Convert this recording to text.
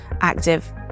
active